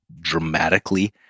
dramatically